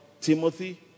Timothy